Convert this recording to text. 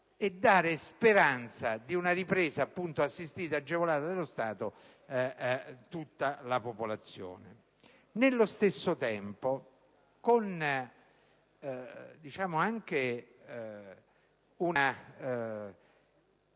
e dare speranze di una ripresa, assistita e agevolata dallo Stato, a tutta la popolazione. Nello stesso tempo, con una